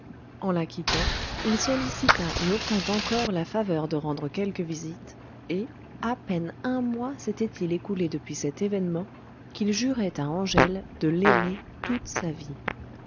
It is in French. en la quittant il sollicita et obtint encore la faveur de rendre quelques visites et à peine un mois s'était-il écoulé depuis cet événement qu'il jurait à angèle de l'aimer toute sa vie